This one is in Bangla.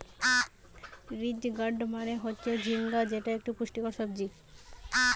রিজ গার্ড মানে হচ্ছে ঝিঙ্গা যেটা একটা পুষ্টিকর সবজি